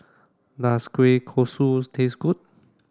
does Kueh Kosui taste good